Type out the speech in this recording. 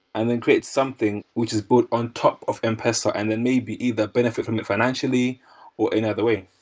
and then create something which is put on top of m-pesa and then maybe either benefit from it financially or any other way?